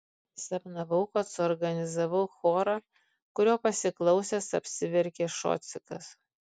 sapnavau kad suorganizavau chorą kurio pasiklausęs apsiverkė šocikas